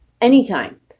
anytime